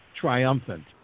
triumphant